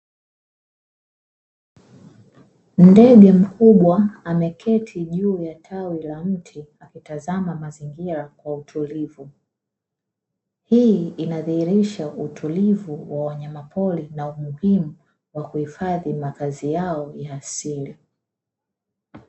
Ndege mkubwa ameketi juu ya tawi la mti, akitazama mazingira kwa utulivu hii inadhihirisha utulivu wa wanyamapori na umuhimu wa kuhifadhi makazi yao ya asili.